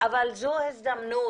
אבל זו הזדמנות